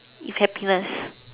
you cap less